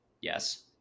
Yes